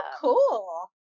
cool